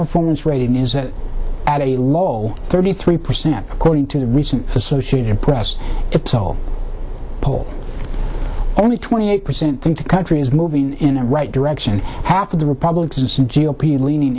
performance rating is at a law thirty three percent according to the recent associated press poll poll only twenty eight percent think the country is moving in the right direction half of the republicans and g o p leaning